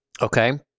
Okay